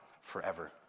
forever